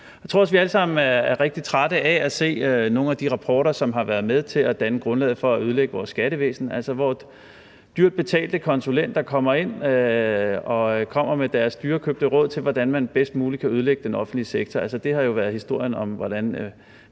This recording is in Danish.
at se nogle af de rapporter, som har været med til at danne grundlaget for at ødelægge vores skattevæsen, altså hvor dyrt betalte konsulenter kommer med deres dyrekøbte råd til, hvordan man bedst muligt kan ødelægge den offentlige sektor. Det har jo været historien, altså hvordan